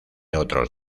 otros